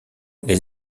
les